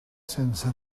sense